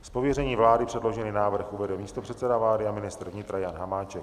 Z pověření vlády předložený návrh uvede místopředseda vlády a ministr vnitra Jan Hamáček.